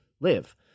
live